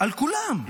על כולם.